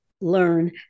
learn